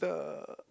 the